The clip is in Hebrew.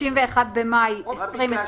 (31 במאי 2021)